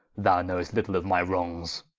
thou know'st little of my wrongs